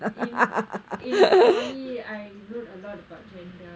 in in polytechnic I wrote a lot about gender